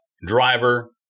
driver